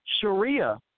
Sharia